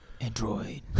Android